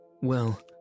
Well